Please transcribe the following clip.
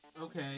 Okay